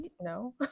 No